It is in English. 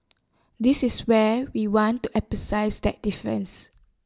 this is where we want to emphasise that difference